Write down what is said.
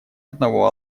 одного